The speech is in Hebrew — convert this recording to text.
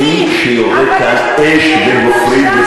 מי שיורה כאן אש וגופרית,